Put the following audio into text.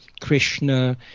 krishna